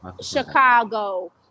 Chicago